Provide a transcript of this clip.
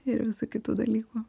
ir visų kitų dalykų